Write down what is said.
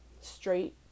straight